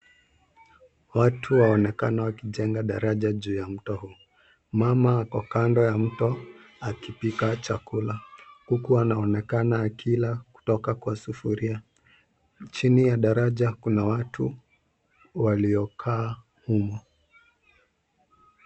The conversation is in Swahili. Watu waonekana wakijenga daraja juu ya mto huu. Mama ako kando ya mto akipika chakula, huku anaonekana akila kutoka kwa sufuria. Chini ya daraja kuna watu waliokaa humo.